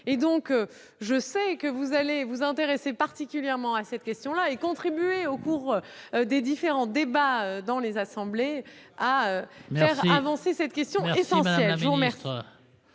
Je sais que vous allez vous intéresser particulièrement à cette question et contribuer, au cours des différents débats dans les assemblées, à faire avancer cette question essentielle.